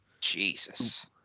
Jesus